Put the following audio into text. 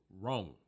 wrong